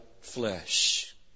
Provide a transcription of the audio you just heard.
flesh